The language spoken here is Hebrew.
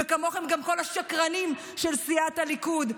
וכמוכם גם כל השקרנים של סיעת הליכוד.